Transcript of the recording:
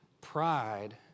pride